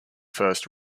first